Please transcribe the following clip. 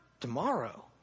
Tomorrow